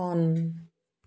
on